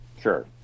sure